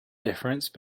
difference